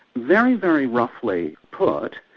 very, very roughly put,